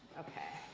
ok.